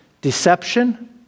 Deception